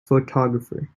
photographer